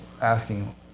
asking